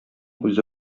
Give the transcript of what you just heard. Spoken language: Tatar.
үзе